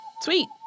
Sweet